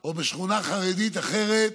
או בשכונה חרדית אחרת.